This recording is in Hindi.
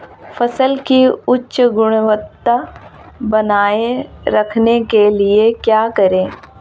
फसल की उच्च गुणवत्ता बनाए रखने के लिए क्या करें?